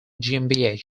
gmbh